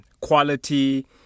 quality